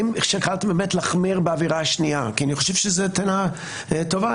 האם שקלתם באמת להחמיר בעבירה השנייה כי אני חושב שזאת התניה טובה.